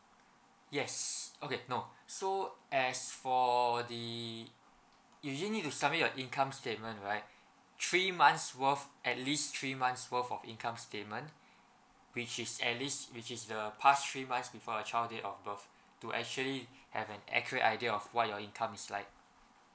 yes okay no so as for the you just need to submit your income statement right three months worth at least three months worth of income statement which is at least which is the past three months before your child date of birth to actually have an accurate idea of what your income is like